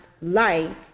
life